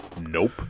Nope